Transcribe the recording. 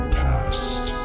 past